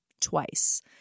twice